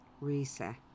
reset